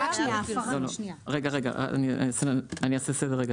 אני אעשה סדר.